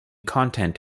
content